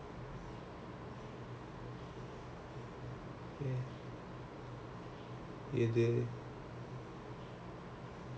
he even gave a lecture on quite recently he gave a did you all attend a lecture to learn a new language